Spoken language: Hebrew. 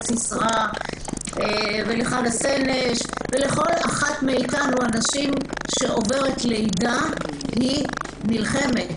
סיסרא ולחנה סנש ולכל אחת מאיתנו הנשים שעוברת לידה והיא נלחמת.